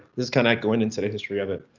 this kind of go and into the history of it,